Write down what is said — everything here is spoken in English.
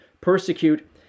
persecute